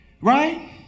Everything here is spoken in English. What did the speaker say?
right